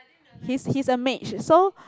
he's he's a mage so